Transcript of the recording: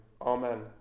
Amen